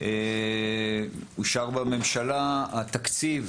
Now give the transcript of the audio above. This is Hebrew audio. אושר בממשלה התקציב